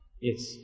Yes